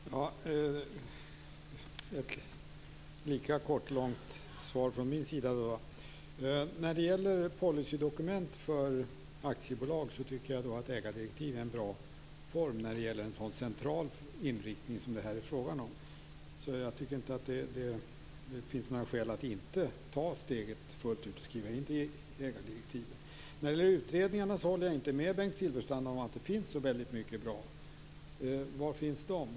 Fru talman! Det skall bli ett lika kort, eller långt, svar från min sida. När det gäller policydokument för aktiebolag tycker jag att ägardirektiv är en bra form för en sådan central inriktning som det här är fråga om. Jag tycker inte att det finns några skäl att inte ta steget fullt ut och skriva in det i ägardirektiven. När det gäller utredningarna håller jag inte med Bengt Silfverstrand att det finns så väldigt många bra sådana.